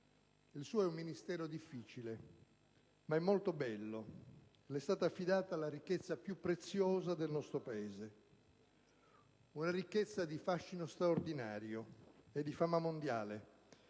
Il suo è un Ministero difficile, ma molto bello. Le è stata affidata la ricchezza più preziosa del nostro Paese; una ricchezza di fascino straordinario e di fama mondiale,